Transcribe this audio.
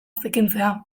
zikintzea